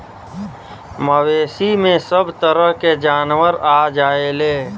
मवेसी में सभ तरह के जानवर आ जायेले